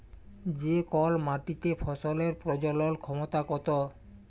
যে কল মাটিতে ফসলের প্রজলল ক্ষমতা কত